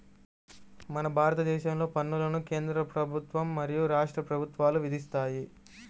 మన భారతదేశంలో పన్నులను కేంద్ర ప్రభుత్వం మరియు రాష్ట్ర ప్రభుత్వాలు విధిస్తాయి